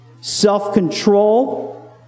self-control